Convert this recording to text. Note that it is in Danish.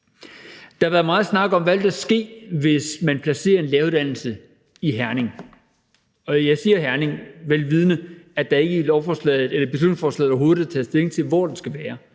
Der har været meget snak om, hvad der ville ske, hvis man placerede en læreruddannelse i Herning. Og jeg siger Herning, vel vidende at der i beslutningsforslaget overhovedet ikke er taget stilling til, hvor den skal være.